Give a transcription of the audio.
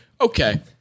Okay